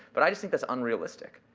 but i just think that's unrealistic.